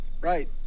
Right